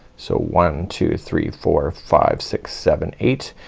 so one, two, three, four, five, six, seven, eight,